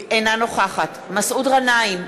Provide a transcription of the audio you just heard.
אינה נוכחת מסעוד גנאים,